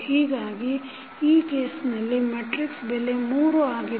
ಹೀಗಾಗಿ ಈ ಕೇಸ್ನಲ್ಲಿ ಮೆಟ್ರಿಕ್ಸ ಬೆಲೆ 3 ಆಗಿದೆ